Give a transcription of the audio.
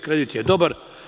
Kredit je dobar.